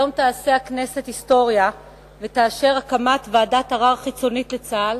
היום תעשה הכנסת היסטוריה ותאפשר ועדת ערר חיצונית לצה"ל